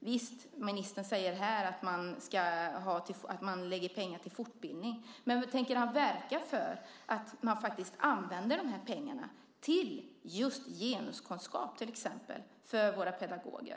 Visst: Ministern säger här att man lägger pengar på fortbildning, men tänker han verka för att man faktiskt använder de här pengarna till exempelvis just genuskunskap för våra pedagoger?